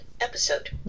episode